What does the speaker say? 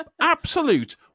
absolute